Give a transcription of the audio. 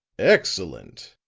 excellent!